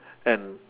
and